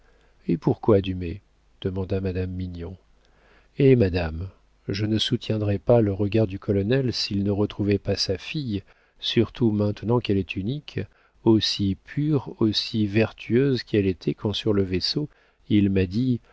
et pourquoi dumay demanda madame mignon eh madame je ne soutiendrais pas le regard du colonel s'il ne retrouvait pas sa fille surtout maintenant qu'elle est unique aussi pure aussi vertueuse qu'elle était quand sur le vaisseau il m'a dit